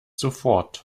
sofort